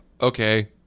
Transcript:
okay